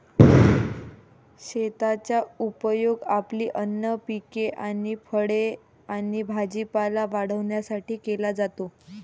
शेताचा उपयोग आपली अन्न पिके आणि फळे आणि भाजीपाला वाढवण्यासाठी केला जातो